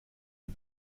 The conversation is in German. der